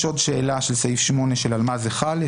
יש עוד שאלה של סעיף 8 של על מה זה חל.